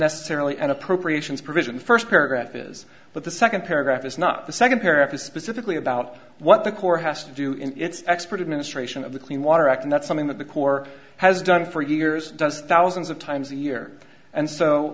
necessarily an appropriations provision first paragraph is but the second paragraph is not the second paragraph is specifically about what the court has to do in its expertise ministration of the clean water act and that's something that the corps has done for years does thousands of times a year and so